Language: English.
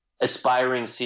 aspiring